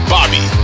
Bobby